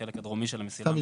החלק הדרומי של המסילה.